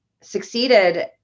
succeeded